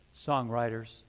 songwriters